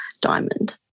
diamond